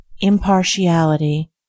Impartiality